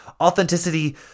Authenticity